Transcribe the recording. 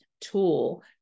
tool